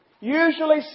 usually